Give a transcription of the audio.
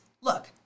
look